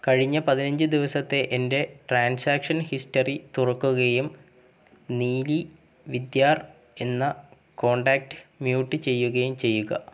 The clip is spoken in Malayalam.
കഴിഞ്ഞ പതിനഞ്ച് ദിവസത്തെ എൻ്റെ ട്രാൻസാക്ഷൻ ഹിസ്റ്ററി തുറക്കുകയും നീലി വിദ്യാർ എന്ന കോൺടാക്റ്റ് മ്യൂട്ട് ചെയ്യുകയും ചെയ്യുക